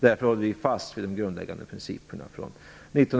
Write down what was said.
Vi håller därför fast vid de grundläggande principerna från